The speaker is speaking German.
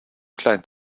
klein